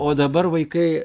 o dabar vaikai